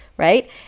Right